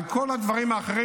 בכל הדברים האחרים,